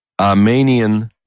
Armenian